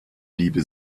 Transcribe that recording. liebe